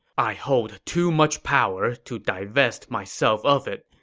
i hold too much power to divest myself of it,